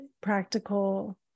practical